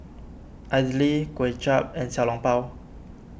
Idly Kway Chap and Xiao Long Bao